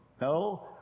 No